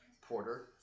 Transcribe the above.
porter